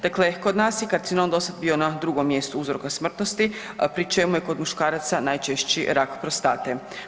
Dakle, kod nas je karcinom do sada bio na drugom mjestu uzroka smrtnosti pri čemu je kod muškaraca najčešći rak prostate.